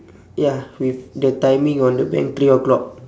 ya with the timing on the bank three o'clock